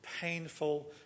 painful